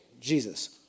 Jesus